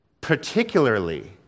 particularly